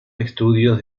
estudios